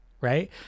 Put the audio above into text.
Right